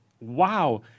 wow